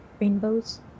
rainbows